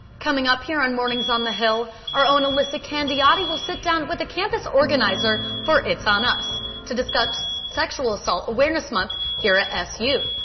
coming up here on mornings on the hill our elissa candiotti will sit down with a campus organizer for it's on us to discuss sexual assault awareness month here at s u.